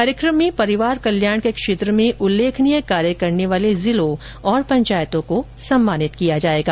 कार्यक्रम में परिवार कल्याण के क्षेत्र में उल्लेखनीय कार्य करने वाले जिलों और पंचायतों को सम्मानित किया जाएगा